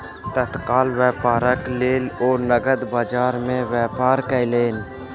तत्काल व्यापारक लेल ओ नकद बजार में व्यापार कयलैन